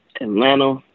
Atlanta